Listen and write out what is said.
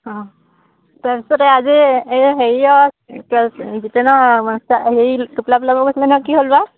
অঁ তাৰপিছতে আজি এই হেৰিয় হেৰি কি হ'ল বা